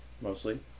mostly